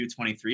23